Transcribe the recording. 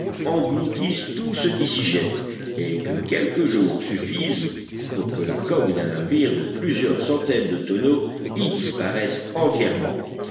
engloutissent tout ce qui s'y jette et que quelques jours suffisent pour que la coque d'un navire de plusieurs centaines de tonneaux y disparaisse entièrement